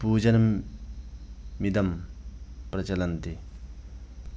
पूजनमिदं प्रचलति